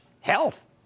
Health